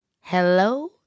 hello